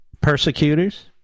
persecutors